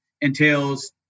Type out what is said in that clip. entails